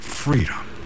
freedom